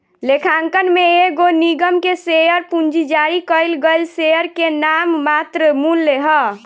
लेखांकन में एगो निगम के शेयर पूंजी जारी कईल गईल शेयर के नाममात्र मूल्य ह